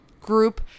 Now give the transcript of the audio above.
group